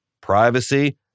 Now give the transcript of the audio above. Privacy